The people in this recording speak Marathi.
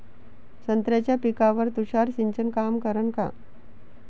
संत्र्याच्या पिकावर तुषार सिंचन काम करन का?